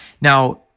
Now